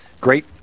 great